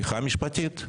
ההפיכה המשפטית,